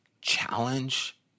challenge